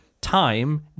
time